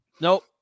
Nope